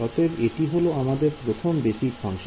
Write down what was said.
অতএব এটি হলো আমাদের প্রথম বেসিক ফাংশন